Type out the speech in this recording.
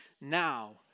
now